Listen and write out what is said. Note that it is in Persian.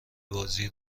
بازی